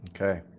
Okay